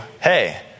hey